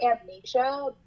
amnesia